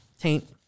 Taint